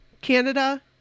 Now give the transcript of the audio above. Canada